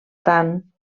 tant